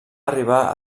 arribar